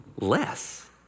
less